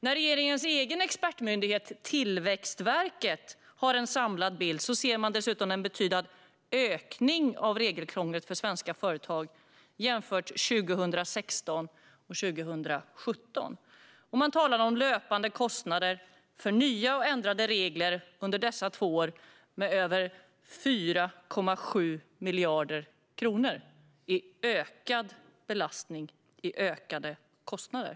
I regeringens egen expertmyndighet Tillväxtverkets samlade bild ser man en betydande ökning av regelkrånglet för svenska företag under 2016 och 2017. Man talar om löpande kostnader för nya och ändrade regler under dessa två år på över 4,7 miljarder kronor - ökad belastning och ökade kostnader.